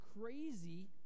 crazy